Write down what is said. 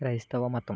క్రైస్తవ మతం